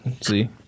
see